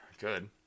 Good